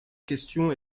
question